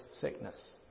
sickness